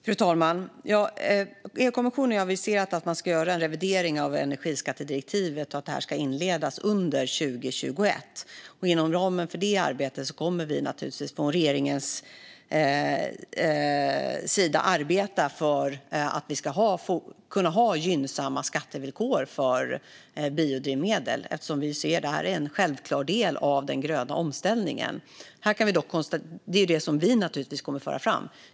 Fru talman! EU-kommissionen har aviserat att man ska göra en revidering av energiskattedirektivet och att det arbetet ska inledas under 2021. Inom ramen för det arbetet kommer vi från regeringens sida naturligtvis att arbeta för att vi ska kunna ha gynnsamma skattevillkor för biodrivmedel, eftersom vi ser det som en självklar del av den gröna omställningen. Det kommer vi naturligtvis att föra fram.